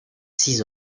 six